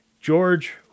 George